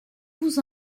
vous